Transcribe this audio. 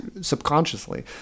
subconsciously